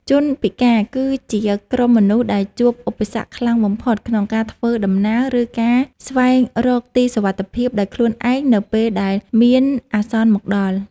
ជនពិការ គឺជាក្រុមមនុស្សដែលជួបឧបសគ្គខ្លាំងបំផុតក្នុងការធ្វើដំណើរ ឬការស្វែងរកទីសុវត្ថិភាពដោយខ្លួនឯងនៅពេលដែលមានអាសន្នមកដល់។